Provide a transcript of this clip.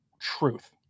truth